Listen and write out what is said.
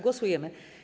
Głosujemy.